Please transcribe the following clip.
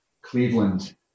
Cleveland